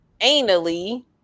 anally